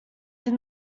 did